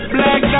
Black